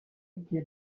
везде